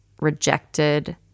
rejected